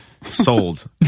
sold